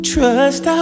Trust